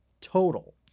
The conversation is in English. total